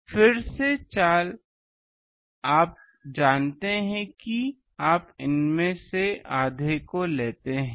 तो फिर से चाल आप जानते हैं कि आप इनमें से आधे को लेते हैं